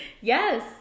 Yes